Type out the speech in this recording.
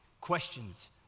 questions